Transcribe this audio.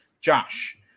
Josh